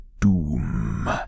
DOOM